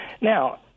Now